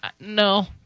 no